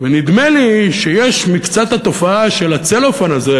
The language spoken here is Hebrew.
ונדמה לי שיש מקצת התופעה של הצלופן הזה